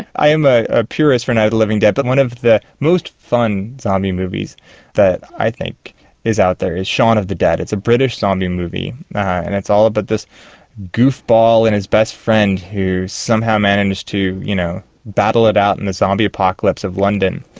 i am ah a purist for night of the living dead, but one of the most fun zombie movies that i think is out there is shaun of the dead, it's a british zombie movie and it's all about but this goofball and his best friend who somehow manage to you know battle it out in the zombie apocalypse of london.